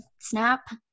snap